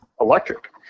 electric